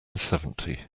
seventy